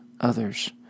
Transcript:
others